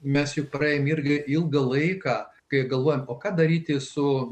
mes jau praėjome jurgiui ilgą laiką kai galvojame o ką daryti su